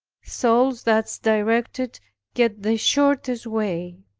souls thus directed get the shortest way.